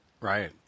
right